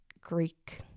Greek